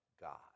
God